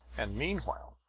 and meanwhile,